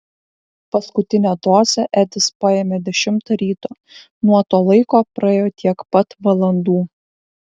paskutinę dozę edis paėmė dešimtą ryto nuo to laiko praėjo tiek pat valandų